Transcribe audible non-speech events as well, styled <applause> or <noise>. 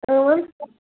اۭں <unintelligible>